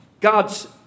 God's